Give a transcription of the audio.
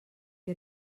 que